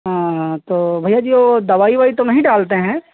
हाँ भैया जी वह तो दवाई उवाई तो नहीं डालते हैं